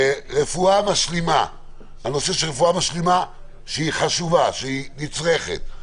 רפואה חשובה ונצרכת,